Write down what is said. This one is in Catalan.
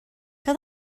que